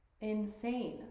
insane